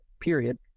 period